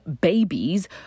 babies